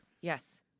yes